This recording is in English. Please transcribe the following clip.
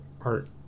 art